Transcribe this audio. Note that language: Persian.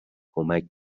کمک